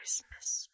Christmas